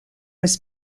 was